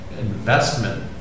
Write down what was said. investment